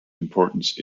importance